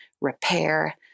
repair